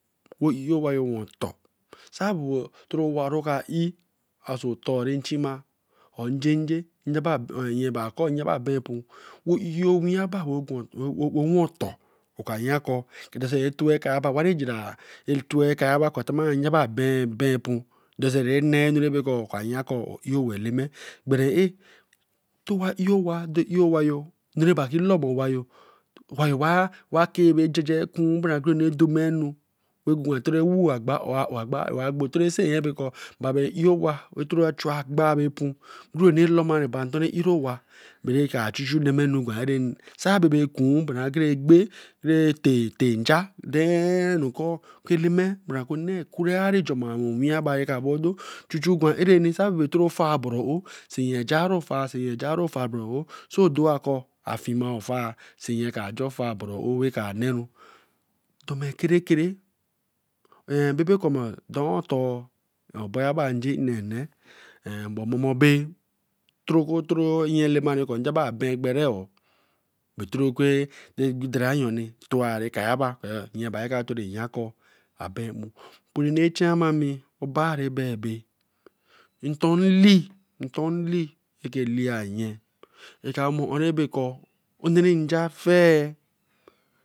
Wo eyeh eyeh owa yo wen otor, sa bo otoro wa e ba eyeh. are so tor rain chima njenje in baba gben mpoo. wo eyeh eyeh owin eba owen otoh, oka yan kor do so towe eka towo nyeba ben pon. derebaker wa yan kor o eyer owa eleme. Ku eleme bra kor o onnw kuraru jomaru owinyeba ra ka ba odo cha chu gwen arani, toro far doro oou. ejaro ofar see ofa do oou ba kor afie ma ofar kra jor far bro oou weeh ka neru. kun ke yamara ko ko njebu a ben jamar bae toro kwa towara eka yaba